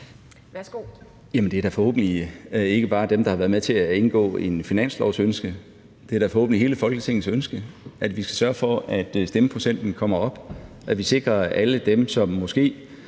det er da forhåbentlig ikke bare et ønske fra dem, der har været med til at indgå aftaler om finansloven – det er da forhåbentlig hele Folketingets ønske, at vi skal sørge for, at stemmeprocenten kommer op, og at vi sikrer det for alle